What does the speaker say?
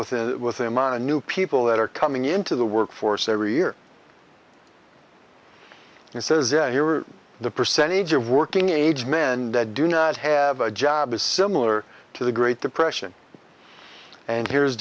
with it with them on a new people that are coming into the workforce every year and says that you are the percentage of working age men that do not have a job is similar to the great depression and here's